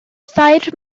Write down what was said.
thair